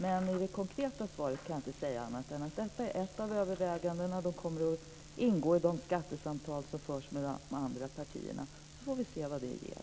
Men som konkret svar kan jag inte säga annat än att detta är ett av övervägandena som kommer att ingå i de skattesamtal som förs med de andra partierna. Sedan får vi se vad det ger.